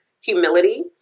humility